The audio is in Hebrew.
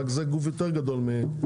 אלא שזה גוף יותר גדול מהקונצרנים האלה.